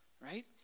right